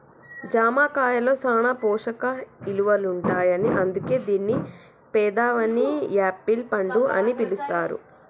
జామ కాయలో సాన పోషక ఇలువలుంటాయని అందుకే దీన్ని పేదవాని యాపిల్ పండు అని పిలుస్తారు